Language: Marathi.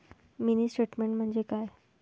मिनी स्टेटमेन्ट म्हणजे काय?